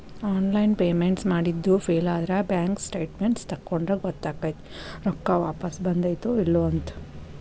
online payments ಮಾಡಿದ್ದು ಫೇಲಾದ್ರ bank statements ತಕ್ಕೊಂಡ್ರ ಗೊತ್ತಕೈತಿ ರೊಕ್ಕಾ ವಾಪಸ್ ಬಂದೈತ್ತೋ ಇಲ್ಲೋ ಅಂತ